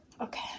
okay